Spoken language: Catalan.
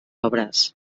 obres